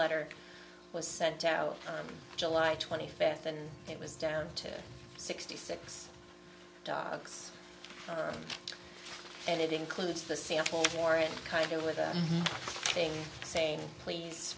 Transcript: letter was sent out july twenty fifth and it was down to sixty six dogs and it includes the sample for it kind of with a thing saying please